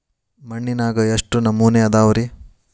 ಮಣ್ಣಿನಾಗ ಎಷ್ಟು ನಮೂನೆ ಅದಾವ ರಿ?